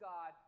God